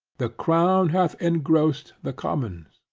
the crown hath engrossed the commons?